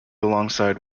alongside